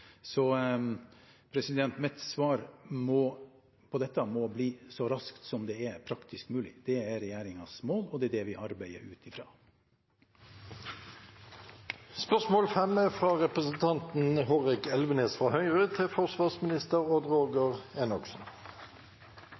Mitt svar på dette må bli så raskt som det er praktisk mulig. Det er regjeringens mål, og det er det vi arbeider ut fra. «Når vil regjeringen gjennomføre punktet i Hurdalsplattformen om å «flytte eit tilstrekkeleg antal Bell 412-helikopter til